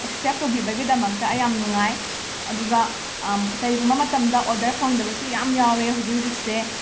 accept ꯇꯧꯕꯤꯕꯒꯤꯗꯃꯛꯇ ꯑꯩ ꯌꯥꯝ ꯅꯨꯡꯉꯥꯏ ꯑꯗꯨꯒ ꯀꯩꯒꯨꯝꯕ ꯃꯇꯝꯗ ꯑꯣꯗꯔ ꯐꯪꯗꯕꯁꯨ ꯌꯥꯝ ꯌꯥꯎꯋꯦ ꯍꯧꯖꯤꯛ ꯍꯧꯖꯤꯛꯁꯦ